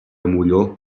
molló